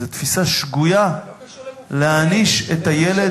זו תפיסה שגויה להעניש את הילד.